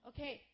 Okay